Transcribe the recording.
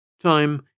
Time